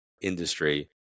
industry